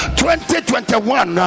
2021